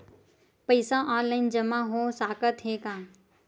पईसा ऑनलाइन जमा हो साकत हे का?